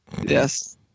Yes